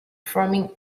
forming